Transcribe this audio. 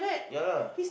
ya lah